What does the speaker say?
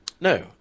No